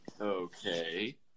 Okay